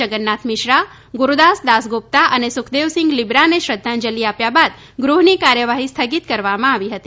જગન્નાથ મિશ્રા ગૂરૂદાસ દાસગુપ્તા અને સુખદેવસિંગ લિબ્રાને શ્રદ્ધાંજલી આપ્યા બાદ ગૃહની કાર્યવાહી સ્થગિત કરવામાં આવી હતી